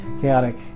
chaotic